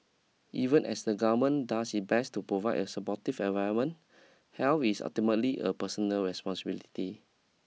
even as the government does its best to provide a supportive environment health is ultimately a personal responsibility